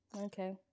Okay